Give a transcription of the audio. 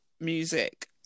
music